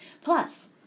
plus